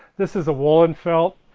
this is a woolen felt,